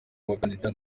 abakandida